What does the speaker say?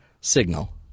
signal